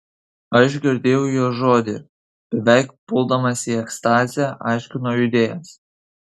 aš girdėjau jo žodį beveik puldamas į ekstazę aiškino judėjas